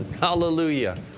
Hallelujah